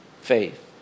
faith